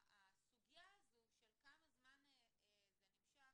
הסוגיה הזו של כמה זמן זה נמשך,